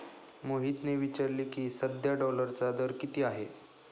मोहितने विचारले की, सध्या डॉलरचा दर किती आहे?